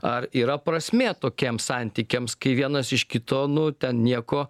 ar yra prasmė tokiems santykiams kai vienas iš kito nu ten nieko